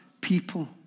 people